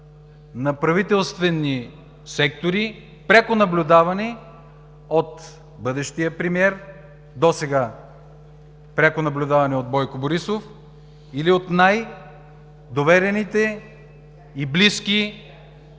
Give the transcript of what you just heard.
на правителствени сектори, пряко наблюдавани от бъдещия премиер, досега пряко наблюдавани от Бойко Борисов, или от най-доверените и близки